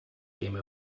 game